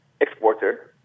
exporter